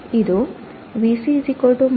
ಇದು V c 1